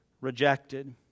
rejected